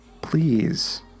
please